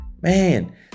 man